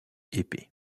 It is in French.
épais